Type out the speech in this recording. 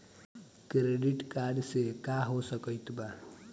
Credit card से का हो सकइत बा?